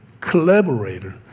collaborator